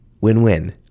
Win-win